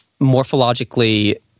morphologically